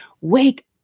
Wake